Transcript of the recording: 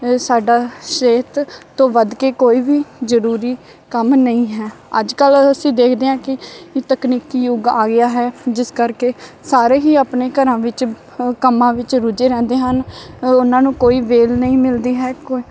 ਸਾਡਾ ਸਿਹਤ ਤੋਂ ਵੱਧ ਕੇ ਕੋਈ ਵੀ ਜ਼ਰੂਰੀ ਕੰਮ ਨਹੀਂ ਹੈ ਅੱਜ ਕੱਲ੍ਹ ਅਸੀਂ ਦੇਖਦੇ ਹਾਂ ਕਿ ਤਕਨੀਕੀ ਯੁੱਗ ਆ ਗਿਆ ਹੈ ਜਿਸ ਕਰਕੇ ਸਾਰੇ ਹੀ ਆਪਣੇ ਘਰਾਂ ਵਿੱਚ ਹ ਕੰਮਾਂ ਵਿੱਚ ਰੁੱਝੇ ਰਹਿੰਦੇ ਹਨ ਉਨ੍ਹਾਂ ਨੂੰ ਕੋਈ ਵਿਹਲ ਨਹੀਂ ਮਿਲਦੀ ਹੈ ਕੋਈ